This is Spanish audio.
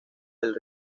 del